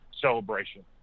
celebration